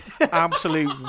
absolute